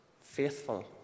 Faithful